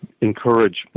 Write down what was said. encourage